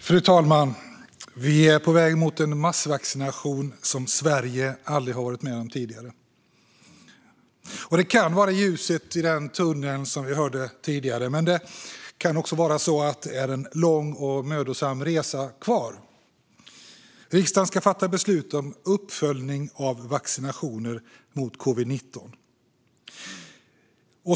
Fru talman! Vi är på väg mot en massvaccination vars like Sverige aldrig har varit med om tidigare. Den kan vara ljuset i tunneln, som vi hörde tidigare. Men det kan också vara en lång och mödosam resa kvar. Riksdagen ska fatta beslut om uppföljning av vaccinationer mot covid-19.